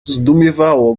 zdumiewało